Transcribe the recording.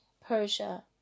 Persia